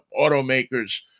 automakers